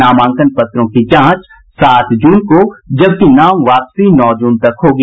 नामांकन पत्रों की जांच सात जून को जबकि नाम वापसी नौ जून तक होगी